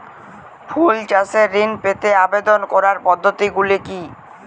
ফুল চাষে ঋণ পেতে আবেদন করার পদ্ধতিগুলি কী?